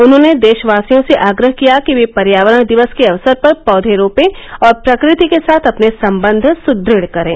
उन्होंने देशवासियों से आग्रह किया कि वे पर्यावरण दिवस के अवसर पर पौधें रोपें और प्रकृति के साथ अपने संबंध सुदृढ करें